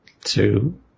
two